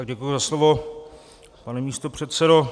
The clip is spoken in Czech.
Děkuji za slovo, pane místopředsedo.